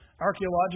Archaeological